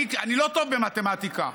אני לא טוב במתמטיקה,